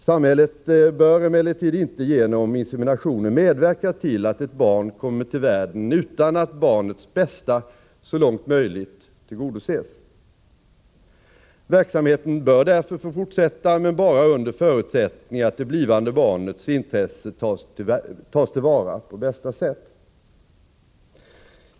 Samhället bör emellertid inte genom inseminationer medverka till att ett barn kommer till världen utan att barnets bästa så långt möjligt tillgodoses. Verksamheten bör därför få fortsätta, men bara under förutsättning att det blivande barnets intresse tas till vara på bästa sätt.